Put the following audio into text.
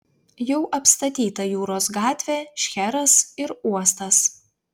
jau apstatyta jūros gatvė šcheras ir uostas